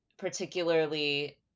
particularly